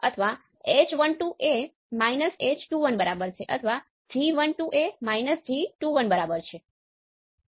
હવે તમે પૂછી શકો છો કે જો α નું મૂલ્ય 0 થાય તો શું થાય